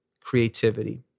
creativity